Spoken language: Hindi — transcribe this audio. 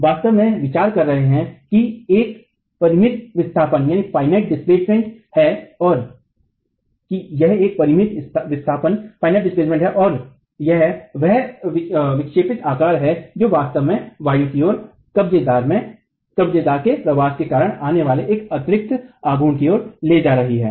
हम वास्तव में विचार कर रहे हैं कि एक परिमित विस्थापन है और यह वह विक्षेपित आकार है जो वास्तव में वायु की ओर कब्जेदार के प्रवास के कारण आने वाले एक अतिरिक्त आघूर्ण की ओर ले जा रही है